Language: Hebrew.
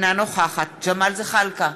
גם להביא אותו לכנסת, לביקור כאן.